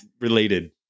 related